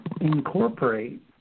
incorporate